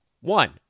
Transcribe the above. One